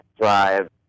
Drive